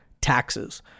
taxes